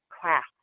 class